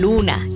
Luna